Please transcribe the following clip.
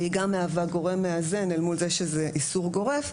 והיא גם מהווה גורם מאזן אל מול העובדה שזה איסור גורף.